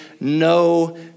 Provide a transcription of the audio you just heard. no